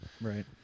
Right